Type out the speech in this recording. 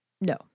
No